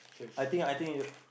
I think I think you